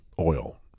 oil